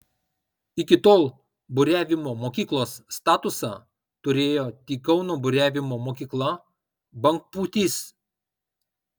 iki tol buriavimo mokyklos statusą turėjo tik kauno buriavimo mokykla bangpūtys